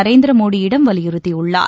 நரேந்திர மோடியிடம் வலியுறுத்தியுள்ளார்